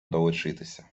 долучатися